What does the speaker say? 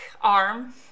arm